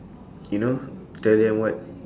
you know tell them what